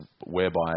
whereby